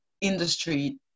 industry